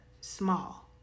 small